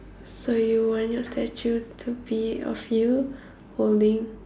so you want your statue to be of you holding